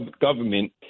government